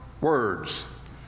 words